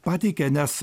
pateikia nes